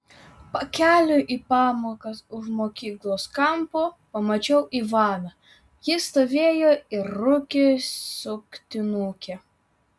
pakeliui į pamokas už mokyklos kampo pamačiau ivaną jis stovėjo ir rūkė suktinukę